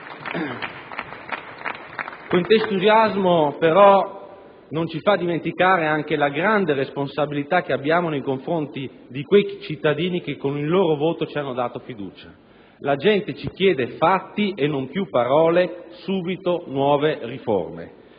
Questo entusiasmo, però, non ci fa dimenticare anche la grande responsabilità che abbiamo nei confronti di quei cittadini che con il loro voto ci hanno dato fiducia. La gente ci chiede fatti e non più parole, subito nuove riforme.